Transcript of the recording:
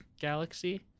Galaxy